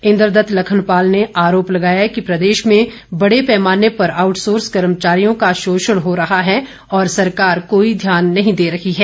इंद्रदत्त लखनपाल ने आरोप लगाया कि प्रदेश में बड़े पैमाने पर आउटसोर्स कर्मचारियों का शोषण हो रहा है और सरकार कोई ध्यान नहीं दे रही है